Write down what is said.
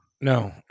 No